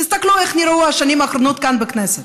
תסתכלו איך נראו השנים האחרונות כאן בכנסת.